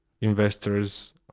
investors